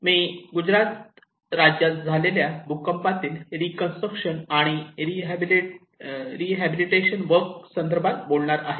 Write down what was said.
मी गुजरात राज्यात झालेल्या भूकंपातील रीकन्स्ट्रक्शन आणि रीहबिलीटेशन वर्क संदर्भात बोलणार आहे